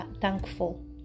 thankful